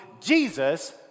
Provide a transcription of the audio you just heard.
Jesus